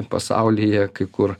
pasaulyje kai kur